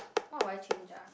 what would I change ah